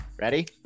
Ready